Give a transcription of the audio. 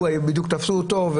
בדיוק תפסו אותו.